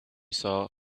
saw